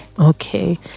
Okay